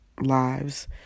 lives